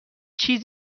چیز